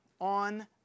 on